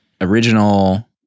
original